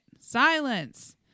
Silence